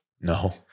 No